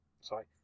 sorry